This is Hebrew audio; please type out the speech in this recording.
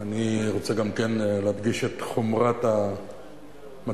אני רוצה גם כן להדגיש את חומרת המצב